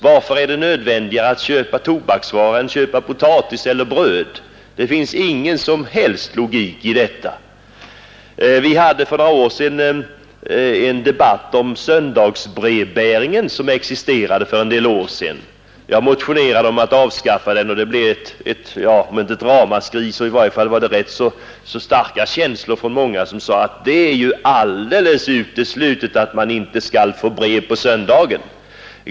Varför är det nödvändigare att köpa tobaksvaror än att köpa potatis eller bröd? Det finns ingen som helst logik i detta. Vi hade för några år sen en debatt om söndagsbrevbäringen som existerade för en del år sedan. Jag motionerade om att avskaffa den, och det blev, om inte ett ramaskri, så i varje fall rätt så starka känsloyttringar från många som sade att det är ju alldeles uteslutet att man inte skall få brev på söndagen.